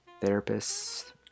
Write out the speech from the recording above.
therapists